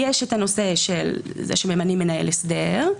יש הנושא שממנים מנהל הסדר,